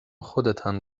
خودتان